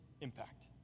impact